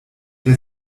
der